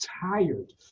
tired